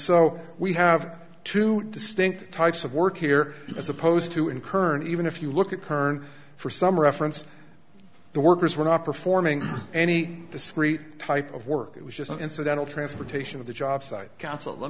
so we have two distinct types of work here as opposed to in current even if you look at current for some reference the workers were not performing any discrete type of work it was just an incidental transportation of the job site